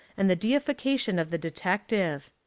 and the deification of the detective.